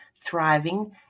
Thriving